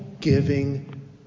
giving